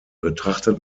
betrachtet